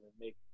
make